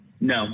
No